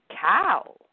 cow